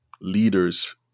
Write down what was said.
leaders